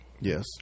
Yes